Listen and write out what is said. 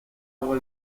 agua